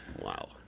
Wow